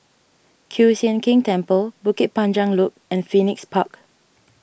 Kiew Sian King Temple Bukit Panjang Loop and Phoenix Park